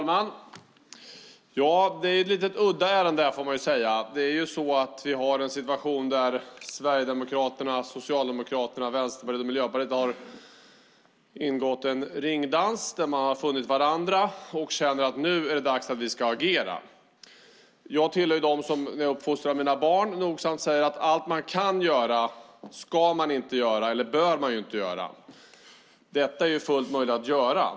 Herr talman! Detta är ett litet udda ärende. Vi har en situation där Sverigedemokraterna, Socialdemokraterna, Vänsterpartiet och Miljöpartiet har gjort en ringdans där man har funnit varandra och känner: Nu är det dags att agera. Jag tillhör dem som, när jag uppfostrar mina barn, nogsamt säger: Allt man kan göra, det ska man inte göra eller bör man inte göra. Det ni håller på med nu är fullt möjligt att göra.